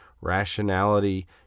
rationality